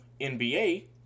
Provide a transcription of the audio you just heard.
NBA